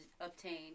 obtained